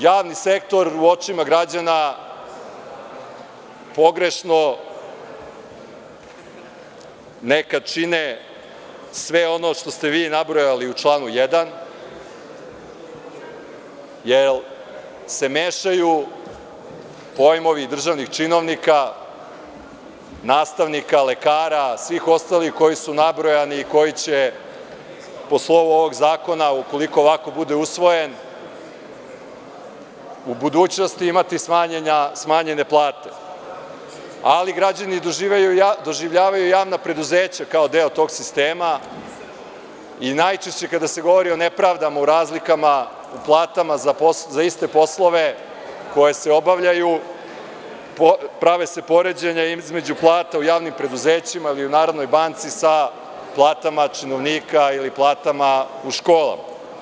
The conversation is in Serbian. Javni sektor, u očima građana, pogrešno nekad čine sve ono što ste vi nabrojali u članu 1. jer se mešaju pojmovi državnih činovnika, nastavnika, lekara i svih ostalih koji su nabrojani i koji će po slovu ovog zakona, ukoliko ovako bude usvojen, u budućnosti imati smanjene plate, ali građani doživljavaju javna preduzeća kao deo tog sistema i najčešće kada se govori o nepravdama u razlikama u platama za iste poslove koji se obavljaju, prave se poređenja između plata u javnim preduzećima, ili u Narodnoj banci sa platama činovnika ili platama u školama.